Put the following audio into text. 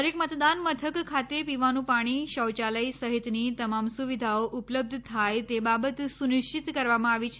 દરેક મતદાન મથક ખાતે પીવાનું પાણી શૌચાલય સહિતની તમામ સુવિધાઓ ઉપલબ્ધ થાય તે બાબત સુનિશ્ચિત કરવામાં આવી છે